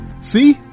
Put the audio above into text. See